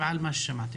הערבי):